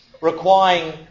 requiring